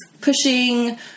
pushing